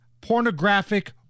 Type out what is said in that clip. pornographic